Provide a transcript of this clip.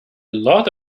lot